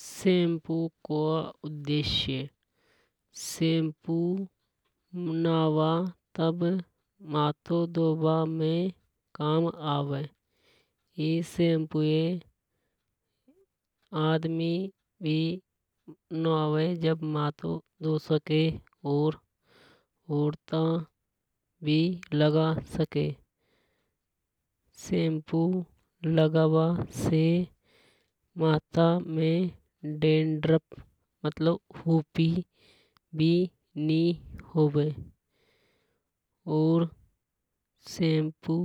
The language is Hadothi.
सेन्पु को उद्देश्य सैंपु नावा तब माथो धोबा में काम आवे। ये नावा जदे माथों धो सका और औरता भी लगा सके। सैंपू लगाबा से माथा में डेंड्रफ मतलब हुपी़ भी नि होवे। और सैंपु